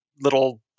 little